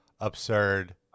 absurd